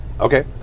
Okay